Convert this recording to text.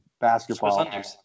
basketball